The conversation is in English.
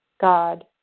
God